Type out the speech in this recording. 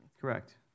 Correct